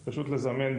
רשות החדשנות,